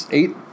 eight